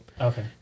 okay